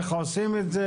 איך עושים את זה,